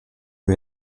who